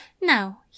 Now